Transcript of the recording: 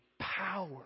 power